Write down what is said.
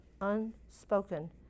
unspoken